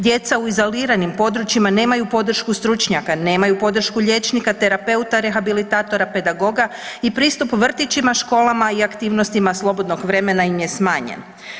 Djeca u izoliranim područjima nemaju podršku stručnjaka, nemaju podršku liječnika, terapeuta, rehabilitatora, pedagoga i pristup vrtićima, školama i aktivnostima slobodnog vremena im je smanjen.